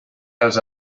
els